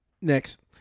Next